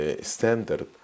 standard